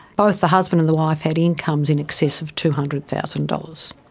both the husband and the wife had incomes in excess of two hundred thousand dollars.